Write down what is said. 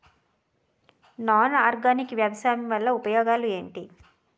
Non organic వ్యవసాయం వల్ల ఉపయోగాలు ఏంటీ?